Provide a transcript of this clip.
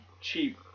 cheap